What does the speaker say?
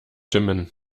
dimmen